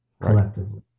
collectively